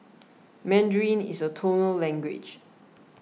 Mandarin is a tonal language